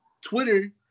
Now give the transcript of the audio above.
Twitter